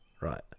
Right